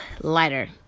lighter